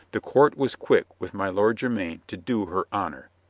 the court was quick with my lord jermyn to do her honor.